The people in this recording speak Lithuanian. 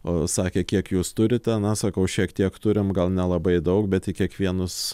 o sakė kiek jūs turite na sakau šiek tiek turim gal nelabai daug bet į kiekvienus